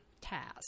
task